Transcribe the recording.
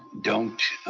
don't